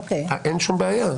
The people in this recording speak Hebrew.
אין בעיה.